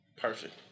Perfect